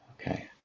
Okay